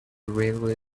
railway